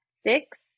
six